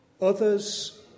Others